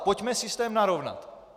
Pojďme systém narovnat.